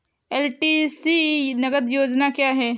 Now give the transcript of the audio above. LTC नगद योजना क्या है?